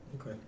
Okay